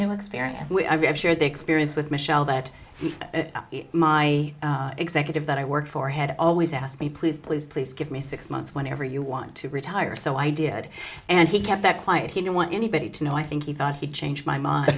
new experience i have shared the experience with michele that my executive that i worked for had always asked me please please please give me six months whenever you want to retire so i did and he kept that quiet he didn't want anybody to know i think he thought he changed my